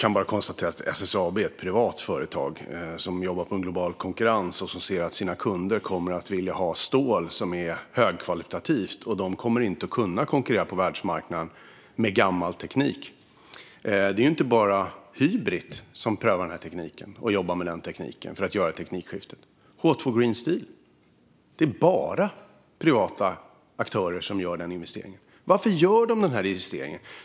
Fru talman! SSAB är ett privat företag som jobbar i global konkurrens och som ser att kunderna kommer att vilja ha högkvalitativt stål. Man kommer inte att kunna konkurrera på världsmarknaden med gammal teknik. Det är inte bara Hybrit som prövar att jobba med denna teknik för att göra ett teknikskifte. I H2 Green Steel är det bara privata aktörer som gör en investering. Varför gör de det?